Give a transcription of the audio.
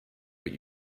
but